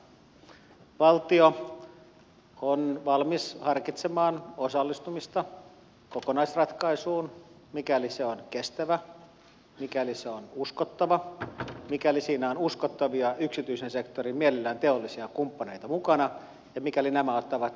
valtio on valmis harkitsemaan osallistumista kokonaisratkaisuun mikäli se on kestävä mikäli se on uskottava mikäli siinä on uskottavia yksityisen sektorin mielellään teollisia kumppaneita mukana ja mikäli nämä ottavat siitä päävastuun